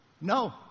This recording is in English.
no